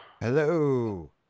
Hello